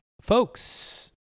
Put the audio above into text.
Folks